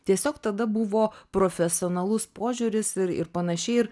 tiesiog tada buvo profesionalus požiūris ir ir panašiai ir